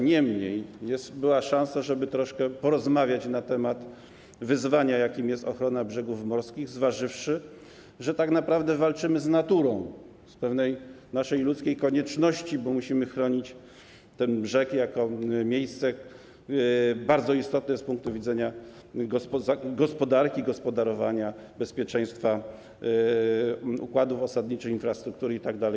Niemniej była szansa, żeby troszkę porozmawiać na temat wyzwania, jakim jest ochrona brzegów morskich, zważywszy na to, że tak naprawdę walczymy z naturą z naszej ludzkiej konieczności, bo musimy chronić ten brzeg jako miejsce bardzo istotne z punktu widzenia gospodarki, gospodarowania, bezpieczeństwa układów osadniczych, infrastruktury itd.